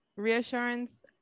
reassurance